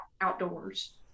outdoors